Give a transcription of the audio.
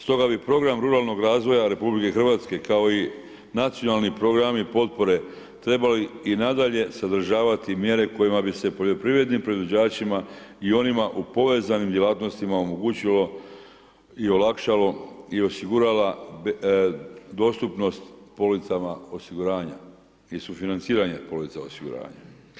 Stoga bi program ruralnog razvoja RH kao i nacionalni programi potpore trebali i nadalje sadržavati mjere kojima bi se poljoprivrednim proizvođačima i onima u povezanim djelatnostima omogućilo i olakšalo i osigurala dostupnost policama osiguranja i sufinanciranje polica osiguranja.